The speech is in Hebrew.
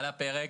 על הפרק